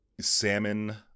salmon